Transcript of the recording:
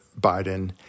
Biden